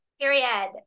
period